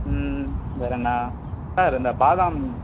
ம் வேறு என்ன சார் இந்த பாதாம்